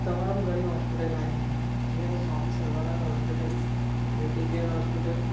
तमामु घणियूं हॉस्पिटल आहिनि जीअं त Swami Sarvanand hospital criticare hospital